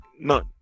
None